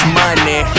money